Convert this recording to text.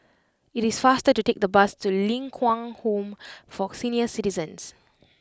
it is faster to take the bus to Ling Kwang Home for Senior Citizens